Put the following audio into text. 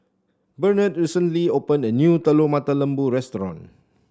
Bernard recently opened a new Telur Mata Lembu restaurant